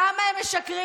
כמה הם משקרים,